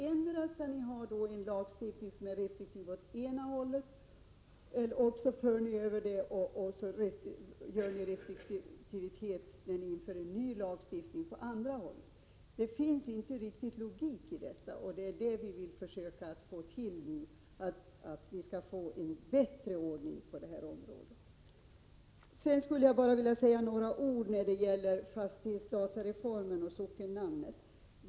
Endera skall ni ha en lagstiftning som är restriktiv åt ena hållet, eller också inför ni restriktivitet åt andra hållet när ni inför en ny lagstiftning. Det finns ingen riktig logik i detta. Vi vill försöka få en bättre ordning. Sedan skulle jag vilja säga några ord om fastighetsdatareformen och sockennamnen.